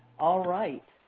all right.